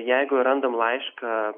jeigu randa laišką